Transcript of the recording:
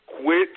Quit